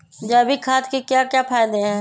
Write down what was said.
जैविक खाद के क्या क्या फायदे हैं?